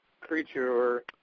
creature